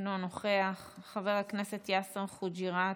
אינו נוכח, חבר הכנסת יאסר חוג'יראת,